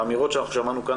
האמירות ששמענו כאן,